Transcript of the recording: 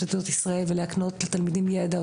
עדות ישראל ולהקנות לתלמידים ידע,